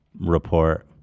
report